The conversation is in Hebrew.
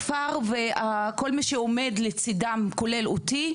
הכפר וכל מי שעומד לצידם, כולל אני,